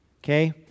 Okay